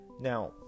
now